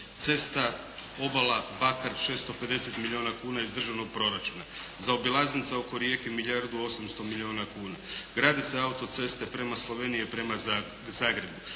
cesta, obala, Bakar, 650 milijuna kuna iz državnog proračuna, zaobilaznica oko Rijeke milijardu 800 milijuna kuna. Grade se autoceste prema Sloveniji, prema Zagrebu,